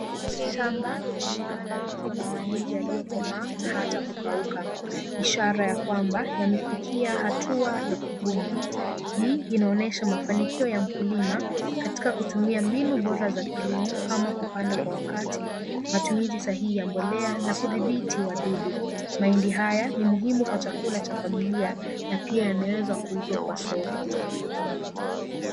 Shamba linaonekana likiwa na mahindi yaliyokomaa na ata kukauka ishara ya kwamba yamefikia hatua ya kuvunwa hii inaonyesha mafanikio ya mkulima katika kutumia mbinu bora za ukulima kama kupanda kwa wakati, matumizi sahihi ya mbolea na kudhibiti wadudu. Mahindi haya ni muhimu kwa chakula cha familia na pia yanaweza kuuzwa kwa soko.